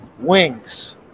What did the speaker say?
wings